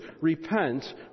Repent